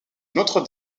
notre